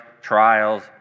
trials